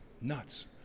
Nuts